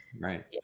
Right